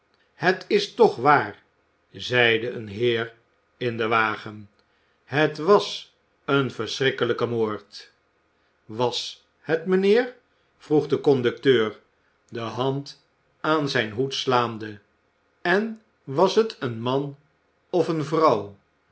het is toch waar zeide een heer in den wagen het was een verschrikkelijke moord was het mijnheer vroeg de conducteur de hand aan zijn hoed slaande en was het een man of eene vrouw